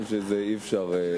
שאי-אפשר?